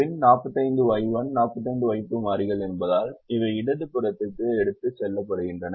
பின் 45Y1 45Y2 மாறிகள் என்பதால் அவை இடது புறத்திற்கு எடுத்துச் செல்லப்படுகின்றன